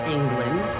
England